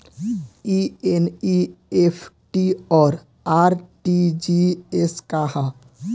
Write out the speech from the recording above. ई एन.ई.एफ.टी और आर.टी.जी.एस का ह?